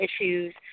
issues